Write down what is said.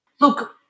Look